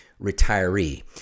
retiree